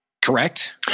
Correct